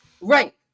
Right